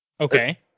okay